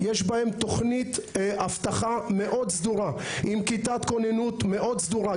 יש בהם תוכנית אבטחה מאוד סדורה עם כיתת כוננות מאוד סדורה.